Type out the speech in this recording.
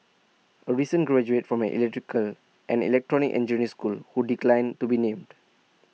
A recent graduate from the electrical and electronic engineer school who declined to be named